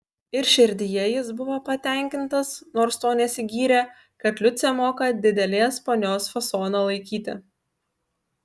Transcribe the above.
ir širdyje jis buvo patenkintas nors tuo nesigyrė kad liucė moka didelės ponios fasoną laikyti